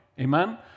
Amen